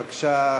בבקשה,